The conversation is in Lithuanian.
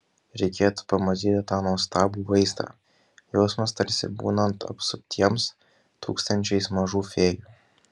reikėtų pamatyti tą nuostabų vaizdą jausmas tarsi būnant apsuptiems tūkstančiais mažų fėjų